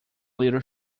little